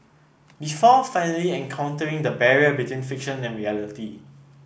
before finally encountering the barrier between fiction and reality